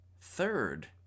Third